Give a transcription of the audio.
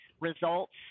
results